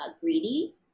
greedy